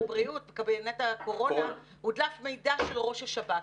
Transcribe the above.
קבינט הקורונה, מידע של ראש השב"כ.